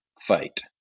fight